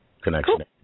Connection